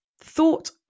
thought